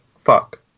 Fuck